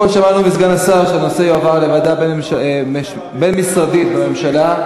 אז קודם כול שמענו מסגן השר שהנושא יעבור לוועדה בין-משרדית בממשלה,